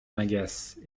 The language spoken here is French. m’agace